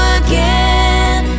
again